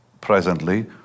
presently